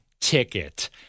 ticket